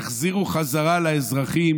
תחזירו לאזרחים